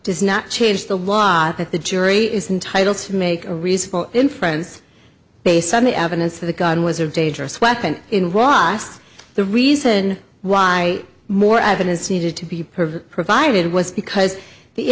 does not change the law that the jury is entitle to make a reasonable in friends based on the evidence of the gun was a dangerous weapon in was the reason why more evidence needed to be perfect provided was because the